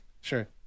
sure